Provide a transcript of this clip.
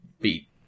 beat